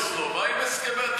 מה עם הסכמי אוסלו?